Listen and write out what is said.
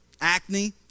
Acne